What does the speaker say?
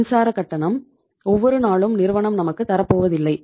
மின்சார கட்டணம் ஒவ்வொரு நாளும் நிறுவனம் நமக்கு தரப்போவதில்லை